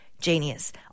genius